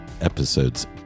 episode's